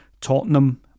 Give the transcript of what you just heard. Tottenham